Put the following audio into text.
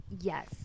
Yes